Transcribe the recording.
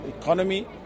economy